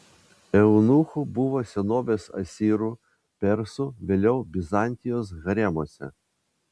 eunuchų buvo senovės asirų persų vėliau bizantijos haremuose